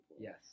Yes